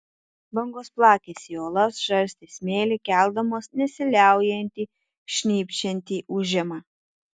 bangos plakėsi į uolas žarstė smėlį keldamos nesiliaujantį šnypščiantį ūžimą